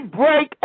break